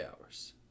hours